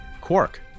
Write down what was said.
quark